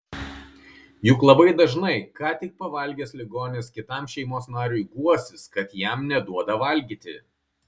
juk labai dažnai ką tik pavalgęs ligonis kitam šeimos nariui guosis kad jam neduoda valgyti